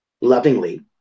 lovingly